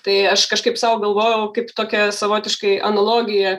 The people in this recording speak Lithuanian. tai aš kažkaip sau galvojau kaip tokią savotiškai analogiją